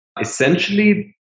essentially